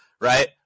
Right